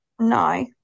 No